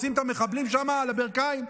רוצים את המחבלים שם על הברכיים.